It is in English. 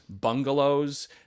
bungalows